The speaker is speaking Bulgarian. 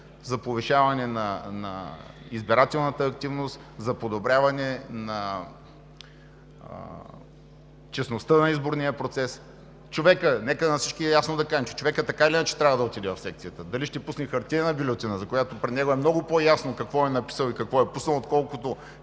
за повишаване на избирателната активност, за подобряване на честността на изборния процес. Нека на всички ясно да кажем, че човекът така или иначе трябва да отиде в секцията – дали ще пусне хартиена бюлетина, която при него е много по-ясно какво е написал и какво е пуснал, отколкото